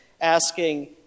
asking